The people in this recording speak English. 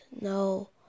No